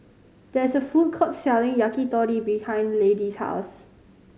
there is a food court selling Yakitori behind Lady's house